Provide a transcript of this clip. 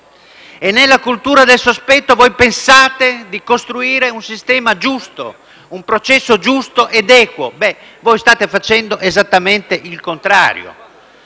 e nella cultura del sospetto voi pensate di costruire un sistema giusto, un processo giusto ed equo. Ebbene, state facendo esattamente il contrario.